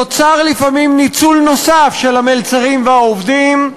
נוצר לפעמים ניצול נוסף של המלצרים והעובדים,